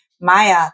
Maya